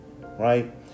right